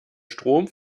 strom